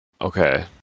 Okay